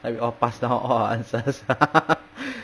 like we all pass down all our answers